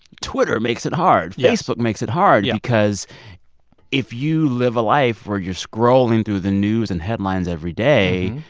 twitter makes it hard yes facebook makes it hard yes because if you live a life where you're scrolling through the news and headlines every day,